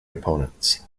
opponents